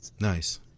Nice